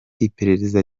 iperereza